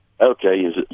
Okay